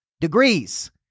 degrees